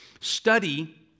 Study